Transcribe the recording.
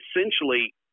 essentially